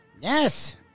Yes